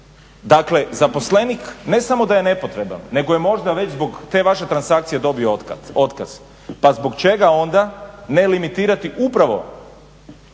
Dakle, zaposlenik ne samo da je nepotreban nego je možda već zbog te vaše transakcije dobio otkaz, pa zbog čega onda ne limitirati upravo